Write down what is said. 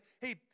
hey